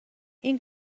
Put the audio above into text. این